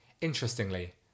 Interestingly